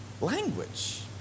language